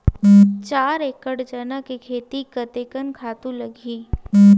चार एकड़ चना के खेती कतेकन खातु लगही?